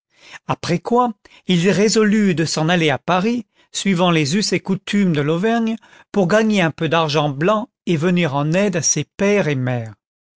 après quoi il résolut de s'en aller à paris suivant les us et coutumes de l'auvergne pour gagner un peu d'argent blanc et venir en aide à ses père et mère